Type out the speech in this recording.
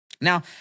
Now